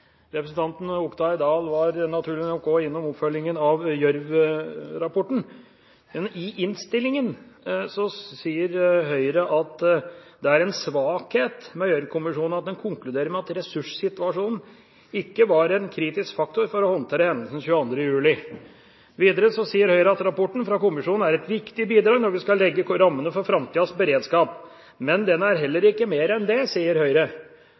Representanten Oktay Dahl var naturlig nok innom oppfølgingen av Gjørv-kommisjonens rapport. I innstillingen sier Høyre at det er en svakhet med Gjørv-kommisjonen at den konkluderer med at «ressurssituasjonen ikke var en kritisk faktor for å håndtere hendelsene 22. juli». Videre sier Høyre at «rapporten fra kommisjonen er et viktig bidrag når vi skal legge rammene for fremtidens beredskap. Men den er heller ikke mer enn det».